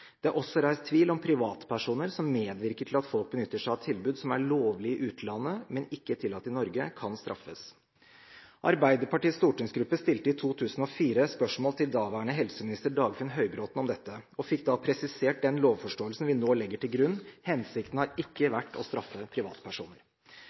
Det er også reist tvil om privatpersoner som medvirker til at folk benytter seg av tilbud som er lovlige i utlandet, men ikke tillatt i Norge, kan straffes. Arbeiderpartiets stortingsgruppe stilte i 2004 spørsmål til daværende helseminister Dagfinn Høybråten om dette og fikk da presisert den lovforståelsen vi nå legger til grunn: Hensikten har ikke